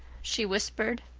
she whispered.